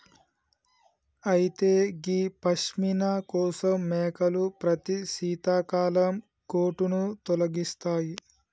అయితే గీ పష్మిన కోసం మేకలు ప్రతి శీతాకాలం కోటును తొలగిస్తాయి